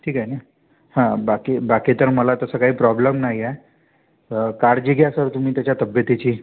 ठीक आहे ना बाकी बाकी तर मला तसं काही प्रॉब्लेम नाही आहे काळजी घ्या सर तुम्ही त्याच्या तब्येतीची